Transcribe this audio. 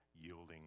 yielding